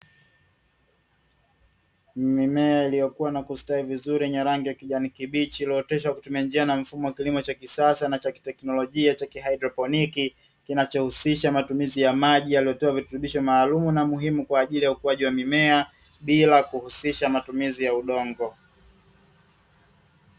Mimea iliyokua na kustawi vizuri yenye rangi ya kijani kibichi, iliyooteshwa kwa kutumia njia na mfumo wa kilimo cha kisasa na cha kiteknolojia cha kihaidroponi, kinachohusisha matumizi ya maji yaliyotiwa virutubisho maalumu na muhimu kwa ajili ya ukuaji wa mimea, bila kuhusisha matumizi ya udongo.